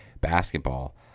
Basketball